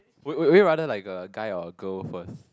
would would would you rather like a guy or a girl first